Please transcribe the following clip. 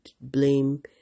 blame